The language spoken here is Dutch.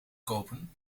kopen